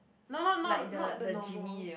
no no not not the normal